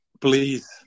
please